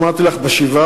אמרתי לך בשבעה,